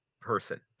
person